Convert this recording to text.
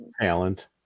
talent